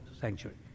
sanctuary